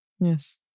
Yes